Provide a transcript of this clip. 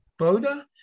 Boda